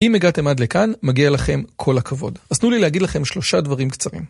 אם הגעתם עד לכאן, מגיע לכם כל הכבוד. אז תנו לי להגיד לכם שלושה דברים קצרים.